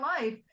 life